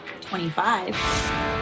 25